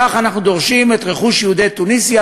כך אנחנו דורשים את רכוש יהודי תוניסיה,